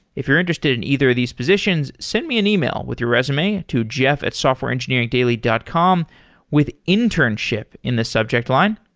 if you're interested in either of these positions, send me an email with your resume to jeff at softwareengineeringdaily dot com with internship in the subject line.